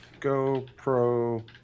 GoPro